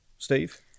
Steve